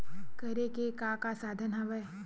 करे के का का साधन हवय?